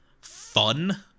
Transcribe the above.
fun